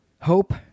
hope